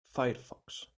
firefox